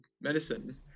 medicine